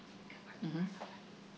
mmhmm